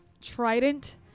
trident